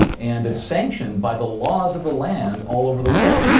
and its sanctioned by the laws of the land all over the world.